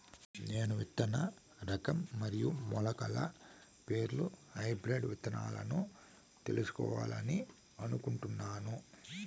నేను విత్తన రకం మరియు మొలకల పేర్లు హైబ్రిడ్ విత్తనాలను తెలుసుకోవాలని అనుకుంటున్నాను?